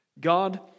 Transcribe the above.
God